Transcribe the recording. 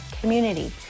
community